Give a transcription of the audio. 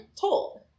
told